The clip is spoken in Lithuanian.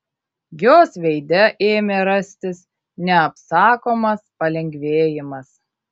jos veide ėmė rastis neapsakomas palengvėjimas